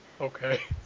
Okay